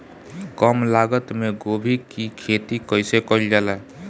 कम लागत मे गोभी की खेती कइसे कइल जाला?